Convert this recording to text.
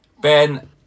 Ben